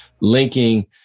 linking